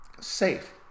safe